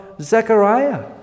Zechariah